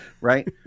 Right